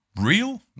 Real